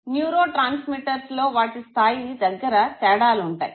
neuro transmitters లో వాటి స్థాయి దగ్గర తేడాలుంటాయి